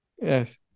Yes